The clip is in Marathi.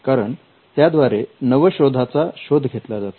कारण त्याद्वारे नवशोधा चा शोध घेतला जातो